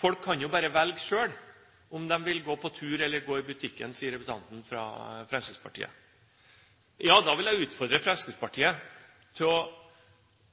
Folk kan bare velge selv om de vil gå på tur eller gå i butikken, sier representanten fra Fremskrittspartiet. Ja, da vil jeg utfordre Fremskrittspartiet til å